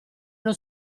uno